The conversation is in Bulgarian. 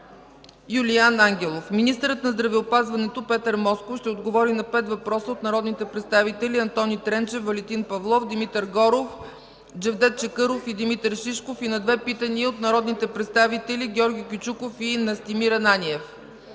Юлиан Ангелов. Министърът на здравеопазването Петър Москов ще отговори на 5 въпроса от народните представители Антони Тренчев, Валентин Павлов, Димитър Горов, Джевдет Чакъров, и Димитър Шишков и на 2 питания от народните представители Георги Кючуков, и Настимир Ананиев.